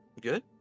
Good